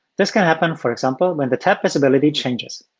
this can happen, for example, when the tab visibility changes.